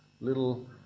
little